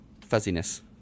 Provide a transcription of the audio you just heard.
fuzziness